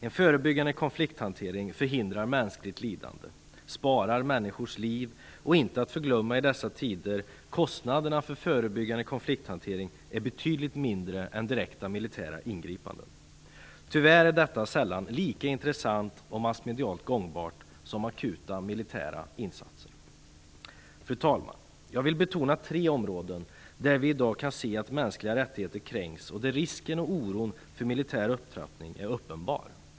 En förebyggande konflikthantering förhindrar mänskligt lidande, sparar människors liv och, inte att förglömma i dessa tider, innebär betydligt mindre kostnader för direkta militära ingripanden. Tyvärr är detta sällan lika intressant och massmedialt gångbart som akuta militära insatser. Fru talman! Jag vill betona tre områden där vi i dag kan se att mänskliga rättigheter kränks och där risken och oron för militär upptrappning är uppenbar.